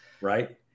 right